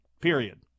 Period